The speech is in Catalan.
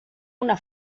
una